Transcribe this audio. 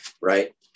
Right